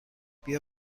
بیا